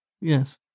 Yes